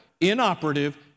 inoperative